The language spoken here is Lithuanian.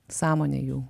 sąmonė jų